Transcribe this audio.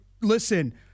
Listen